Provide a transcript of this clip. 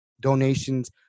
donations